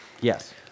Yes